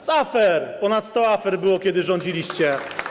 Z afer! Ponad 100 afer było, kiedy rządziliście.